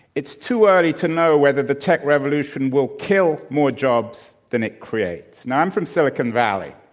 it's too early to know whether the tech revolution will kill more jobs than it creates. now, i'm from silicon valley.